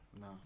No